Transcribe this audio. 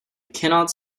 cannot